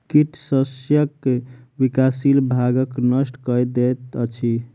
कीट शस्यक विकासशील भागक नष्ट कय दैत अछि